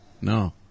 No